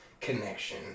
connection